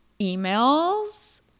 Emails